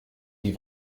die